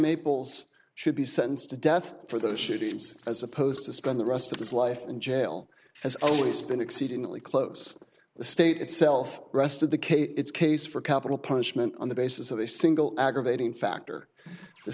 maple's should be sentenced to death for those shootings as opposed to spend the rest of his life in jail has always been exceedingly close the state itself rest of the case its case for capital punishment on the basis of a single aggravating factor the